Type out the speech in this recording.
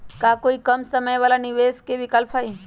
का कोई कम समय वाला निवेस के विकल्प हई?